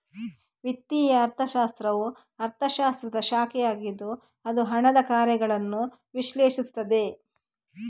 ವಿತ್ತೀಯ ಅರ್ಥಶಾಸ್ತ್ರವು ಅರ್ಥಶಾಸ್ತ್ರದ ಶಾಖೆಯಾಗಿದ್ದು ಅದು ಹಣದ ಕಾರ್ಯಗಳನ್ನು ವಿಶ್ಲೇಷಿಸುತ್ತದೆ